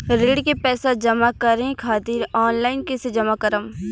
ऋण के पैसा जमा करें खातिर ऑनलाइन कइसे जमा करम?